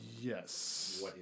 Yes